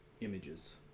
images